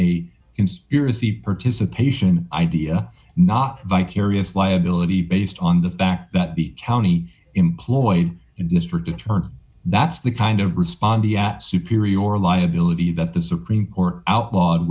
a conspiracy participation idea not vicarious liability based on the fact that the county employed in district attorney that's the kind of response yet superior or liability that the supreme court outlawed